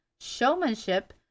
showmanship